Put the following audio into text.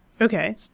Okay